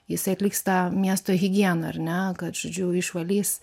jisai atliks tą miesto higieną ar ne žodžiu išvalys